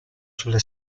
sulle